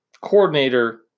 coordinator